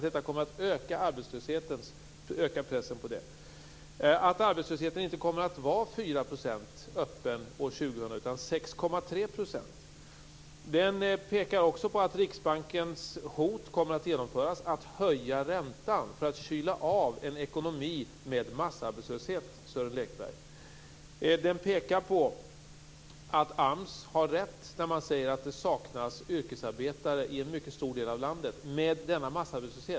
Detta kommer att öka pressen på arbetslösheten. Den öppna arbetslösheten kommer inte att vara 4 % år 2000 utan 6,3 %. Boken pekar på att Riksbankens hot att höja räntan kommer att genomföras för att kyla av en ekonomi med massarbetslöshet, Sören Lekberg. Den pekar på att AMS har rätt när man säger att det med denna massarbetslöshet saknas yrkesarbetare i en mycket stor del av landet.